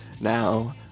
Now